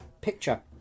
picture